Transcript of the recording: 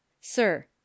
sir